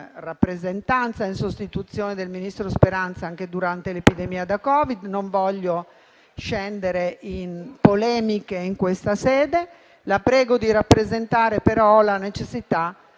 rappresentanza e in sostituzione del ministro Speranza, anche durante l'epidemia da Covid, e non voglio scendere in polemiche in questa sede. La prego di rappresentare però la necessità,